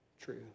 true